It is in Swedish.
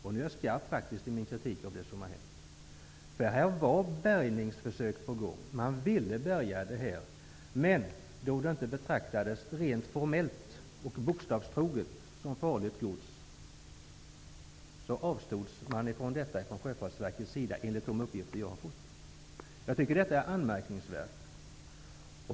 Nu är jag skarp i min kritik av det som har hänt. Det var bärgningsförsök på gång. Men då lasten inte betraktades formellt och bokstavstroget som farligt gods, avstod Sjöfartsverket från att bärga -- enligt de uppgifter jag har fått. Jag tycker att detta är anmärkningsvärt.